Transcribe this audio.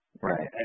Right